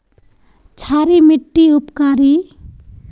क्षारी मिट्टी उपकारी?